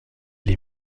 les